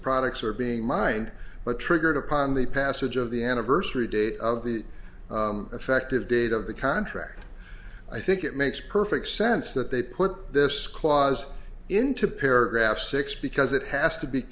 products are being mined but triggered upon the passage of the anniversary date of the effective date of the contract i think it makes perfect sense that they put this clause into paragraph six because it has to be